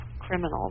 criminals